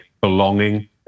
belonging